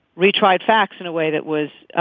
retried facts in a way that was